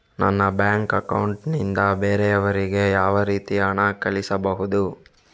ನನ್ನ bank account ನಿಂದ ಬೇರೆಯವರಿಗೆ ಯಾವ ರೀತಿ ಹಣ ಕಳಿಸಬಹುದು?